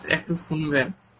miss একটু শুনবেন